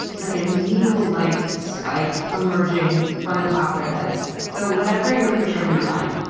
like ah needle-like spike emerging from the top of their heads. so whatever you're picturing in your mind,